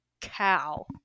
cow